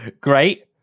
great